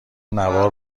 نوار